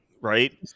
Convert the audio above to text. right